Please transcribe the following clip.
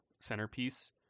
centerpiece